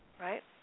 right